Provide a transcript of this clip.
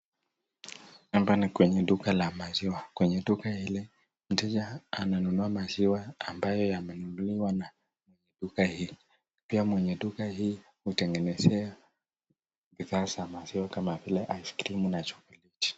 Hapa ni kwenye duka ya maziwa Kwenye duka hili mteja ananunua maziwa ambaye yamenunuliwa na duka hii pia mwenye duka utengenezea vifaa za maziwa kama vile ice cream na chocolate .